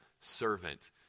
servant